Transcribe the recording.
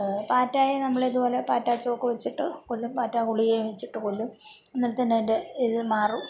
പാറ്റയെ നമ്മളിതുപോലെ പാറ്റാച്ചോക്ക് വെച്ചിട്ട് കൊല്ലും പാറ്റ ഗുളികയും വെച്ചിട്ട് കൊല്ലും എന്നാൽത്തന്നെ അതിന്റെ ഇത് മാറും